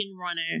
runner